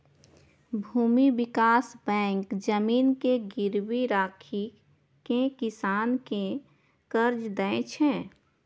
भूमि विकास बैंक जमीन के गिरवी राखि कें किसान कें कर्ज दै छै